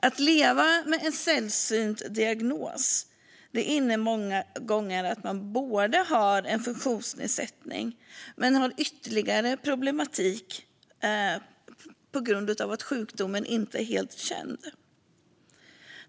Att leva med en sällsynt diagnos innebär många gånger att man har både en funktionsnedsättning och en ytterligare problematik på grund av att sjukdomen inte är helt känd.